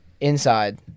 inside